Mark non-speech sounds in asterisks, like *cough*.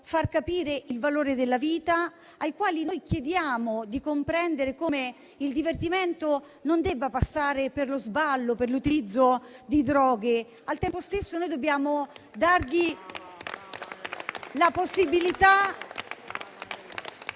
far capire il valore della vita, ai quali chiediamo di comprendere come il divertimento non debba passare per lo sballo, per l'utilizzo di droghe. *applause* Al tempo stesso, dobbiamo dare loro la possibilità